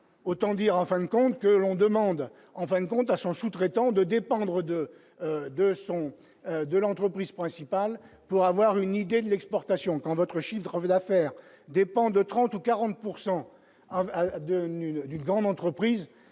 autant dire en fin de compte, que l'on demande en fin de compte à son sous-traitant de dépendre de de son de l'entreprise principale pour avoir une idée de l'exportation, quand votre Chivres-Val affaire dépend de 30 ou 40 pourcent de d'une grande entreprise